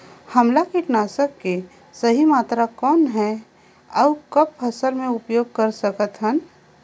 हमला कीटनाशक के सही मात्रा कौन हे अउ कब फसल मे उपयोग कर सकत हन?